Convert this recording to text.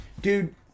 dude